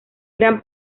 gran